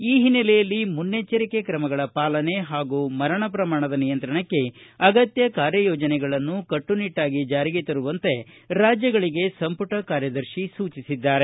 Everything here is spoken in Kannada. ಈ ಹಿನ್ನೆಲೆಯಲ್ಲಿ ಮುನ್ನೆಚ್ಚರಿಕೆ ಕ್ರಮಗಳ ಪಾಲನೆ ಹಾಗೂ ಮರಣ ಪ್ರಮಾಣದ ನಿಯಂತ್ರಣಕ್ಕೆ ಅಗತ್ಯ ಕಾರ್ಯ ಯೋಜನೆಗಳನ್ನು ಕಟ್ಟುನಿಟ್ಟಾಗಿ ಜಾರಿಗೆ ತರುವಂತೆ ರಾಜ್ಯಗಳಿಗೆ ಸಂಪುಟ ಕಾರ್ಯದರ್ಶಿ ಸೂಚಿಸಿದ್ದಾರೆ